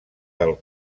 del